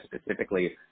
specifically